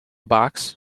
box